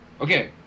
Okay